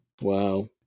Wow